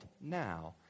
now